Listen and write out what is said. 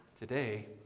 today